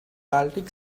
baltic